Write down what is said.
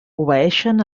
obeeixen